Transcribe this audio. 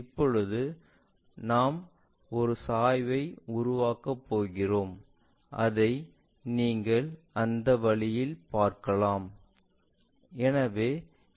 இப்போது நாங்கள் ஒரு சாய்வை உருவாக்கப் போகிறோம் அதை நீங்கள் அந்த வழியில் பார்க்கலாம்